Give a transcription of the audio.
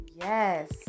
Yes